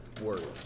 worried